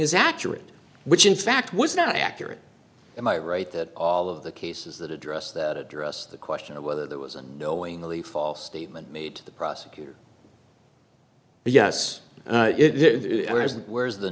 is accurate which in fact was not accurate in my right that all of the cases that address that address the question of whether there was a knowingly false statement made to the prosecutor yes it hasn't whereas the